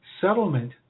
settlement